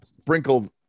sprinkled